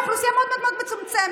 לאוכלוסייה מאוד מאוד מצומצמת.